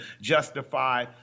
justify